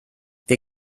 wir